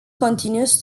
continues